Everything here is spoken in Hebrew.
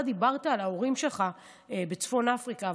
אתה דיברת על ההורים שלך בצפון אפריקה,